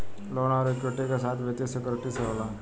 loan अउर equity के साथ वित्तीय सिक्योरिटी से होला